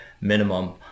minimum